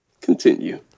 continue